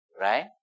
Right